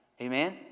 amen